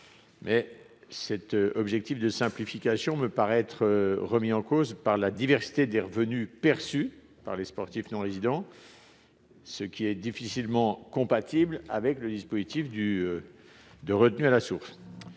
cet objectif de simplification semble être remis en cause par la diversité des revenus perçus par les sportifs non résidents, ce qui est difficilement compatible avec le système de retenue à la source.